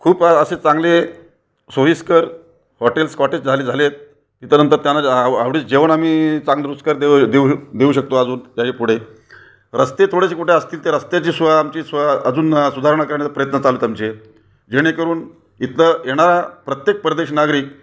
खूप असे चांगले सोयीस्कर हॉटेल्स कॉटेज झाले झाले आहेत तिथं नंतर त्यांना आ आवडीचं जेवण आम्ही चांग रुचकर देऊ देऊ देऊ शकतो अजून याही पुढे रस्ते थोडेसे कुठं असतील ते रस्त्याची सो आमची सोय अजून सुधारणा करण्याचा प्रयत्न चालू आहेत आमचे जेणेकरून इथं येणारा प्रत्येक परदेश नागरिक